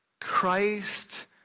Christ